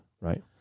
right